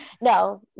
no